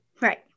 Right